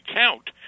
count